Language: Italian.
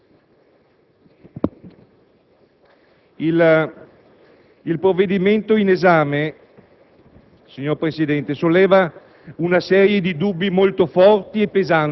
Signor Presidente,